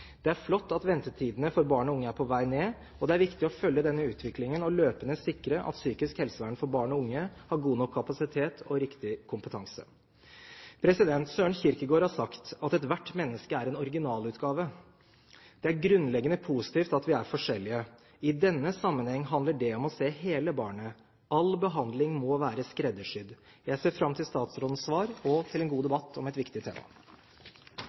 Det er flott at ventetidene for barn og unge er på vei ned, og det er viktig å følge denne utviklingen og løpende sikre at psykisk helsevern for barn og unge har god nok kapasitet og riktig kompetanse. Søren Kierkegaard har sagt at ethvert menneske er en originalutgave. Det er grunnleggende positivt at vi er forskjellige. I denne sammenheng handler dét om å se hele barnet. All behandling må være skreddersydd. Jeg ser fram til statsrådens svar og til en god debatt om et viktig tema.